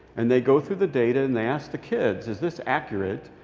and they go through the data, and they ask the kids, is this accurate?